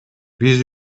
биз